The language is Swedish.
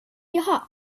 jaha